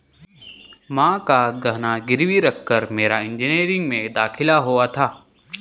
मां का गहना गिरवी रखकर मेरा इंजीनियरिंग में दाखिला हुआ था